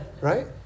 right